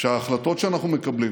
שבהחלטות שאנחנו מקבלים